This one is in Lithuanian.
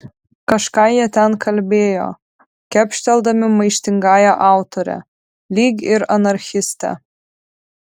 kažką jie ten kalbėjo kepšteldami maištingąją autorę lyg ir anarchistę